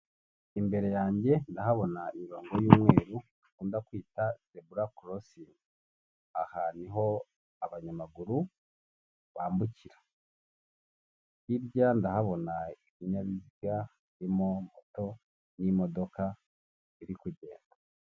Imbere yanjye ndahabona imirongo y'umweru dukunda kwita zebura korosingi, aha niho abanyamaguru bambukira, hirya ndahabona ibinyabiziga haririmo moto y'imodoka biri kugenda.